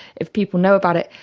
if people know about it,